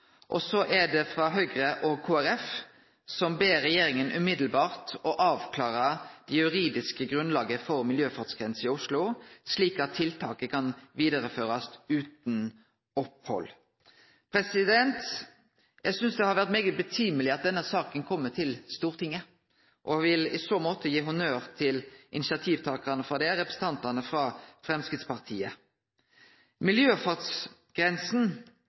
og Kristeleg Folkeparti er det eit forslag der ein ber regjeringa umiddelbart om å avklare det juridiske grunnlaget for miljøfartsgrense i Oslo, slik at tiltaket kan vidareførast utan opphald. Eg synest det er på tide at denne saka kjem til Stortinget, og vil derfor gi honnør til initiativtakarane, representantane frå Framstegspartiet.